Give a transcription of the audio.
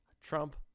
Trump